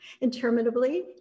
interminably